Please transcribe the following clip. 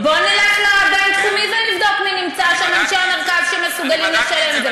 בוא נלך לבין-תחומי ונבדוק מי נמצא שם: אנשי המרכז שמסוגלים לשלם את זה.